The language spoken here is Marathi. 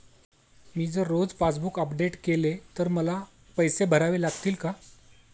मी जर रोज पासबूक अपडेट केले तर मला पैसे भरावे लागतील का?